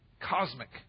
cosmic